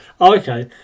okay